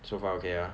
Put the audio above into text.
so far okay ah